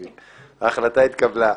נתקבלה ההחלטה התקבלה.